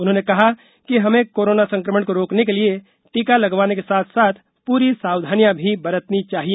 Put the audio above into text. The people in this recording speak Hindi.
उन्होंने कहा कि हमें कोरोना संक्रमण को रोकने के लिए टीका लगवाने के साथ साथ पूरी सावधानियां भी बरतनी चाहिए